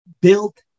built